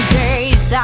days